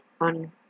on